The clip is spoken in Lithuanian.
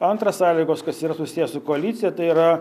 antra sąlygos kas yra susiję su koalicija tai yra